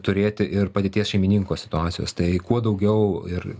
turėti ir padėties šeimininko situacijos tai kuo daugiau ir